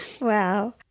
Wow